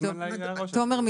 כן תומר?